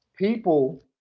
People